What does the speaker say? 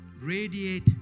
radiate